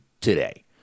today